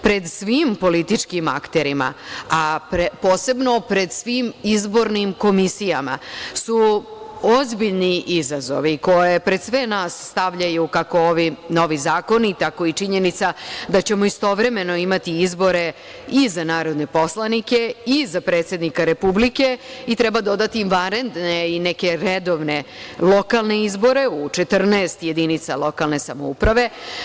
Pred svim političkim akterima, a posebno pred svim izbornim komisijama, su ozbiljni izazovi koje pred sve nas stavljaju kako ovi novi zakoni tako i činjenica da ćemo istovremeno imati izbore i za narodne poslanike, i za predsednika Republike i treba dodati i vanredne i neke redovne lokalne izbore u 14 jedinica lokalne samouprave.